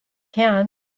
can